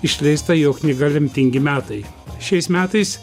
išleista jo knyga lemtingi metai šiais metais